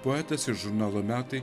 poetas ir žurnalo metai